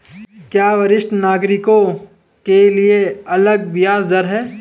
क्या वरिष्ठ नागरिकों के लिए अलग ब्याज दर है?